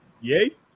yay